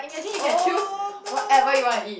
oh no